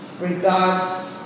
regards